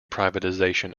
privatization